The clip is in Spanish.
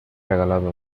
regalado